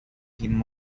him